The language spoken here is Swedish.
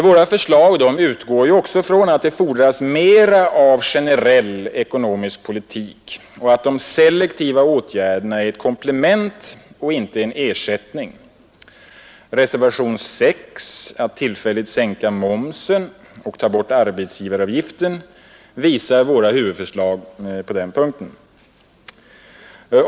Våra förslag utgår ju också från att det fordras mera av generell ekonomisk politik och att de selektiva åtgärderna är ett komplement och inte en ersättning. Reservationen 6 att tillfälligt sänka momsen och ta bort arbetsgivaravgiften visar våra huvudförslag på den punkten.